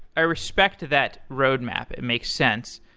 i respect that road map. it makes sense,